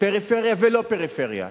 פריפריה ולא פריפריה,